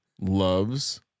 loves